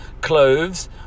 cloves